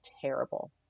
terrible